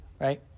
right